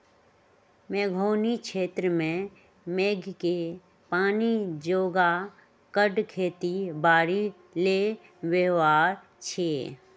मेघोउनी क्षेत्र में मेघके पानी जोगा कऽ खेती बाड़ी लेल व्यव्हार छै